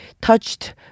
touched